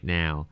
now